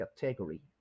category